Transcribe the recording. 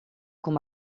com